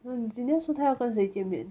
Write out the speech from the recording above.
um xenia 说她要跟谁见面